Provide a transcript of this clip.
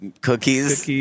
cookies